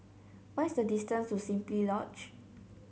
what is the distance to Simply Lodge